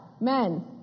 Men